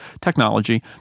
technology